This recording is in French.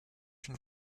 une